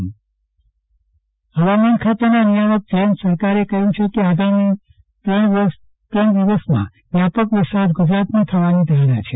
ચંદ્રવદન પદ્ટણી વરસાદ આગાહી હવામાન ખાતાના નિયામક જયંત સરકારે કહ્યું છે કે આગામી ત્રણ દિવસમાં વ્યાપક વરસાદ ગુજરાતમાં થવાની ધારણા છે